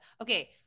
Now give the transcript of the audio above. Okay